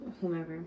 whomever